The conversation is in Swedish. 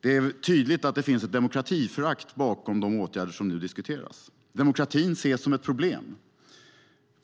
Det är tydligt att det finns ett demokratiförakt bakom de åtgärder som nu diskuteras. Demokratin ses som ett problem.